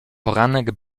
poranek